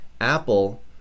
Apple